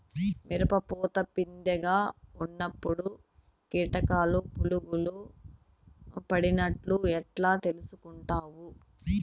మిరప పూత పిందె గా ఉన్నప్పుడు కీటకాలు పులుగులు పడినట్లు ఎట్లా తెలుసుకుంటావు?